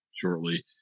shortly